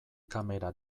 kamera